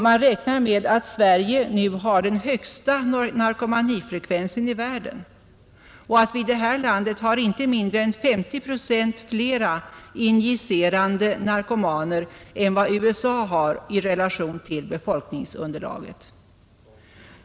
Man räknar med att Sverige nu har den högsta narkomanifrekvensen i världen och att vi i vårt land har inte mindre än 50 procent fler injicerande narkomaner än USA har, i relation till befolkningsunderlaget. Herr talman!